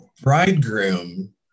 bridegroom